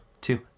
two